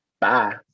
Bye